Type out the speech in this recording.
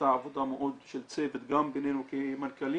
נעשתה עבודה של צוות גם בינינו כמנכ"לים